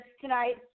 tonight